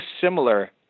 similar